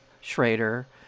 Schrader